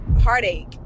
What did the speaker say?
heartache